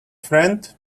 friend